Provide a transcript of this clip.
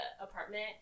Apartment